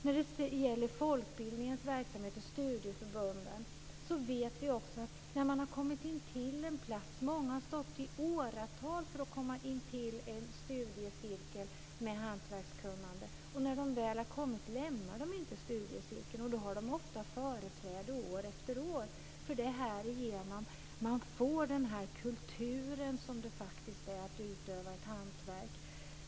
Vi vet att många har väntat i åratal för att komma med i en studiecirkel för hantverkskunnande inom folkbildningens och studieförbundens verksamhet. När de väl har kommit in där lämnar de inte studiecirkeln, och har ofta företräde år efter år. Härigenom får man den kultur som det faktiskt är att utöva ett hantverk.